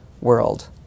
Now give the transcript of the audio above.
world